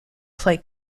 play